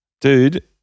Dude